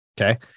Okay